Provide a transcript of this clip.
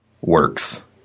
works